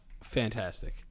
fantastic